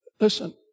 listen